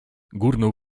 górną